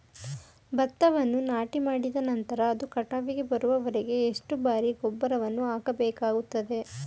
ಭತ್ತವನ್ನು ನಾಟಿಮಾಡಿದ ನಂತರ ಅದು ಕಟಾವಿಗೆ ಬರುವವರೆಗೆ ಎಷ್ಟು ಬಾರಿ ಗೊಬ್ಬರವನ್ನು ಹಾಕಬೇಕಾಗುತ್ತದೆ?